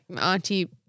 auntie